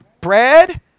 bread